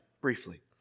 briefly